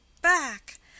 back